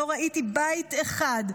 לא ראיתי בית אחד,